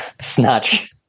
Snatch